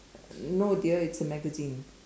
no dear it's a magazine